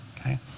okay